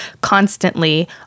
constantly